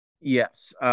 Yes